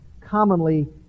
commonly